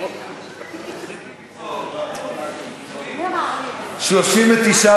(תיקון מס' 13),